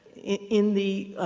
in the